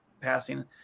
passing